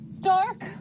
dark